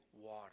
water